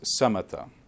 samatha